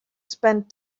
spend